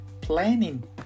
planning